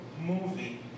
movie